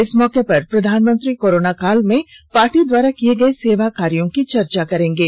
इस मौके पर प्रधानमंत्री कोरोना काल में पार्टी द्वारा किए गए सेवा कार्यों की चर्चा करेंगे